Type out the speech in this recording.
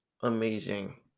amazing